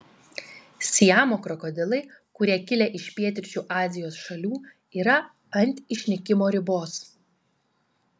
siamo krokodilai kurie kilę iš pietryčių azijos šalių yra ant išnykimo ribos